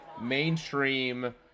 mainstream